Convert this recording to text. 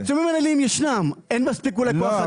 עיצומים מינהליים ישנם, אולי אין מספיק כוח אדם.